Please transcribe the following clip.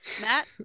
Matt